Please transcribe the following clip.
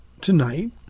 tonight